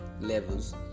levels